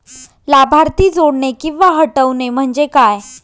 लाभार्थी जोडणे किंवा हटवणे, म्हणजे काय?